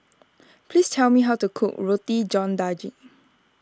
please tell me how to cook Roti John Daging